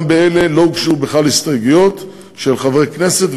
גם באלה לא הוגשו בכלל הסתייגויות של חברי כנסת,